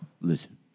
Listen